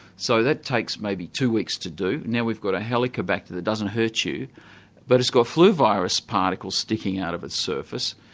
so that takes maybe two weeks to do, and now we've got a helicobacter that doesn't hurt you but it's got flu virus particles sticking out of its surface,